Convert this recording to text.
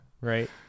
right